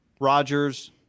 Rodgers